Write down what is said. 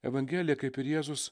evangelija kaip ir jėzus